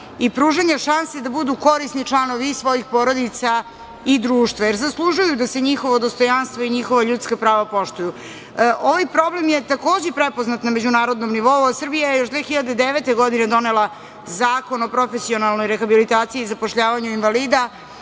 i pružanja šanse da budu korisni članovi i svojih porodica i društva, jer zaslužuju da se njihovo dostojanstvo i njihova ljudska prava poštuju. Ovaj problem je takođe prepoznat na međunarodnom nivou, a Srbija je još 2009. godine donela Zakon o profesionalnoj rehabilitaciji i zapošljavanju invalida